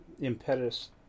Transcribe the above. impetus